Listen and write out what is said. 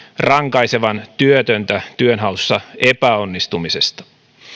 rankaisevan työtöntä työnhaussa epäonnistumisesta